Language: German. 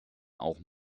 auch